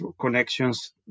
connections